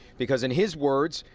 because in his words,